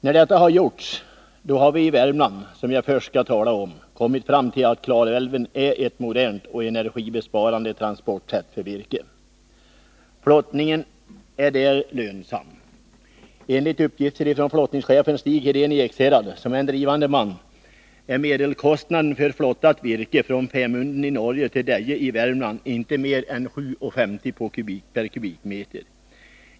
När detta har gjorts har vi i Värmland, som jag först skall tala om, kommit fram till att Klarälven innebär ett modernt och energibesparande transportsätt för virke. Flottningen är där lönsam. Enligt uppgifter från flottningschefen Stig Hedén i Ekshärad, som är en drivande man, är medelkostnaden för flottat virke från Femunden i Norge till Deje i Värmland inte mer än 7:50 kr./m?.